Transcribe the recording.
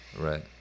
Right